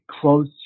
close